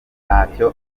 ntacyo